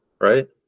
right